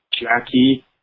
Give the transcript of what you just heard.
jackie